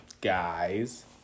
Guys